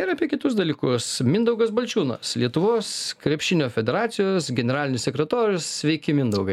ir apie kitus dalykus mindaugas balčiūnas lietuvos krepšinio federacijos generalinis sekretorius sveiki mindaugai